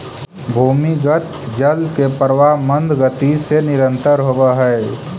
भूमिगत जल के प्रवाह मन्द गति से निरन्तर होवऽ हई